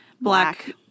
Black